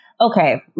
okay